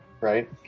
Right